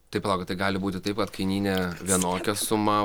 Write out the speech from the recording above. tai palaukit tai gali būti taip kad kainyne vienokia suma